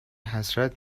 حسرت